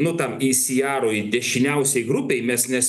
nu tam įsiarui dešiniausiai grupei mes nes